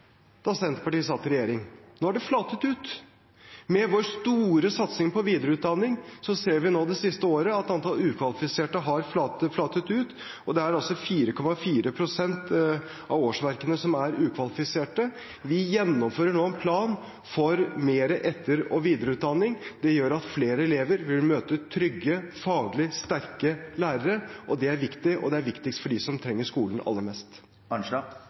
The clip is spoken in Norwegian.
da Senterpartiet satt i regjering! Nå har det flatet ut. Med vår store satsing på videreutdanning ser vi nå det siste året at antall ukvalifiserte har flatet ut, og det er altså 4,4 pst. av årsverkene som er ukvalifiserte. Vi gjennomfører nå en plan for mer etter- og videreutdanning. Det gjør at flere elever vil møte trygge, faglig sterke lærere. Det er viktig, og det er viktigst for dem som trenger skolen aller mest.